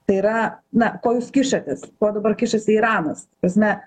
tai yra na ko jūs kišatės ko dabar kišasi iranas tasme